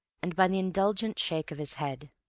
and by the indulgent shake of his head.